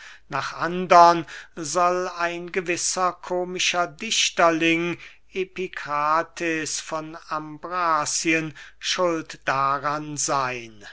nach andern soll ein gewisser komischer dichterling epikrates von ambracien schuld daran seyn